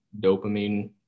dopamine